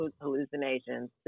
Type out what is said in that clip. hallucinations